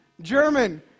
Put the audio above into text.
German